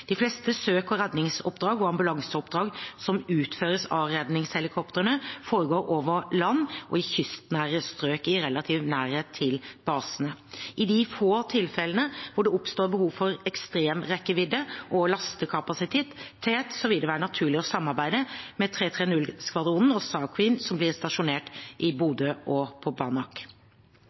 De fleste søk- og redningsoppdrag og ambulanseoppdrag som utføres av redningshelikoptrene, foregår over land og i kystnære strøk i relativ nærhet til basene. I de få tilfellene der det oppstår behov for ekstrem rekkevidde- og lastekapasitet, vil det være naturlig å samarbeide med 330-skvadronen og SAR Queen som vil bli stasjonert i Bodø og på